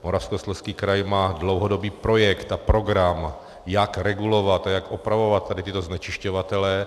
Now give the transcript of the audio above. Moravskoslezský kraj má dlouhodobý projekt a program, jak regulovat a jak opravovat tyto znečišťovatele.